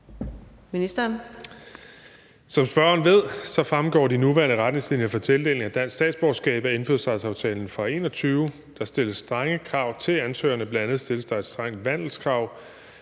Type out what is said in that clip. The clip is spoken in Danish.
Som spørgeren ved, fremgår de nuværende retningslinjer for tildeling af dansk statsborgerskab af indfødsretsaftalen fra 2021. Der stilles strenge krav til ansøgerne, bl.a. stilles der et strengt vandelskrav.